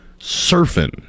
surfing